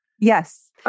Yes